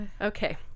okay